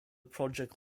project